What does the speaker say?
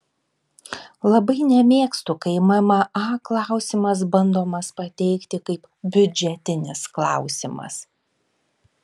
labai nemėgstu kai mma klausimas bandomas pateikti kaip biudžetinis klausimas